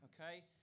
Okay